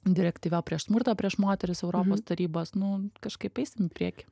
direktyva prieš smurtą prieš moteris europos tarybos nu kažkaip eisim į priekį